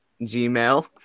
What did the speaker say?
Gmail